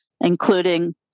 including